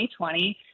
2020